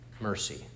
mercy